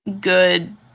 good